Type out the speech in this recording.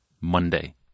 Monday